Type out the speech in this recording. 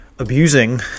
Abusing